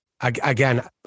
Again